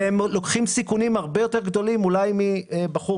והם לוקחים סיכונים הרבה יותר גדולים אולי מבחור